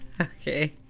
Okay